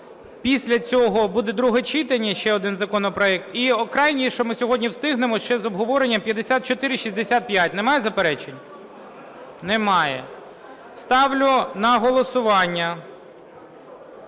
після цього буде друге читання ще один законопроект і крайній, що ми сьогодні встигнемо, ще з обговоренням 5465. Немає заперечень? Немає. Ставлю на голосування